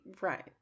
Right